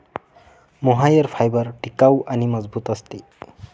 mohair fibre टिकाऊ आणि मजबूत असते